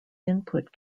input